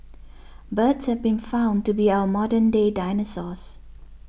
birds have been found to be our modern day dinosaurs